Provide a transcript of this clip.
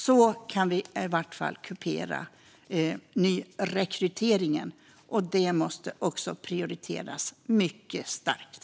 Så kan vi i varje fall kupera nyrekryteringen. Det måste också prioriteras mycket starkt.